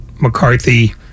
McCarthy